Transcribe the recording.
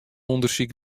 ûndersyk